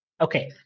Okay